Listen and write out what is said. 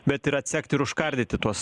bet ir atsekt ir užkardyti tuos